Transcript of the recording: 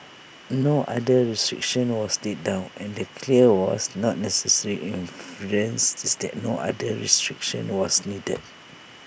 no other restriction was laid down and the clear was not necessary inference is that no other restriction was needed